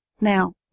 Now